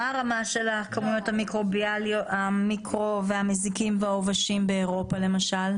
מה הרמה של הכמויות המיקרו והמזיקים והעובשים באירופה למשל?